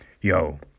yo